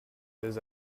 his